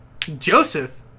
Joseph